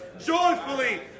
joyfully